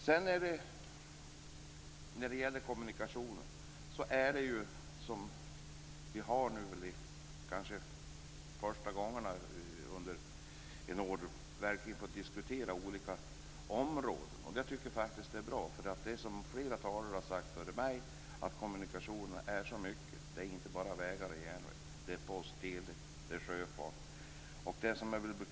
Sedan är ju det här nästan första gången under året som vi verkligen har fått diskutera olika områden när det gäller kommunikationerna. Det tycker jag faktiskt är bra. Det är som flera talare har sagt före mig; kommunikationerna är så mycket. Det är inte bara vägar och järnvägar. Det är post, tele, sjöfart osv.